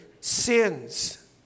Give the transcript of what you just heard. sins